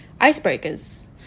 icebreakers